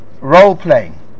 role-playing